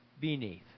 beneath